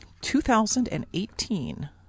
2018